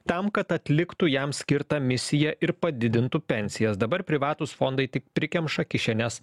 tam kad atliktų jam skirtą misiją ir padidintų pensijas dabar privatūs fondai tik prikemša kišenes